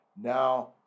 Now